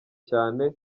cyane